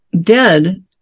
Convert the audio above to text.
Dead